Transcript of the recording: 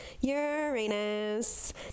Uranus